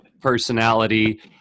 personality